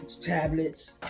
tablets